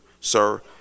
Sir